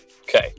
Okay